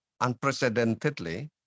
unprecedentedly